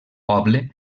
poble